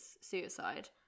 suicide